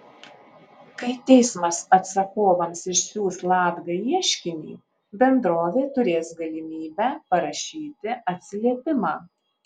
kai teismas atsakovams išsiųs latga ieškinį bendrovė turės galimybę parašyti atsiliepimą